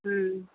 ம் ம்